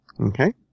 Okay